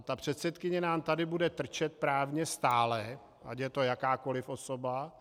Ta předsedkyně nám tady bude trčet právně stále, ať je to jakákoliv osoba.